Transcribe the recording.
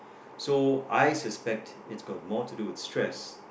so I suspect it's got more to do with stress